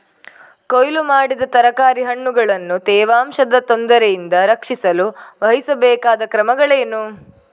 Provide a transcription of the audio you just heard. ಕೊಯ್ಲು ಮಾಡಿದ ತರಕಾರಿ ಹಣ್ಣುಗಳನ್ನು ತೇವಾಂಶದ ತೊಂದರೆಯಿಂದ ರಕ್ಷಿಸಲು ವಹಿಸಬೇಕಾದ ಕ್ರಮಗಳೇನು?